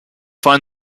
find